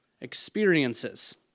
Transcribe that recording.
experiences